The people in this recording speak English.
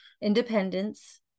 Independence